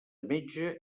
metge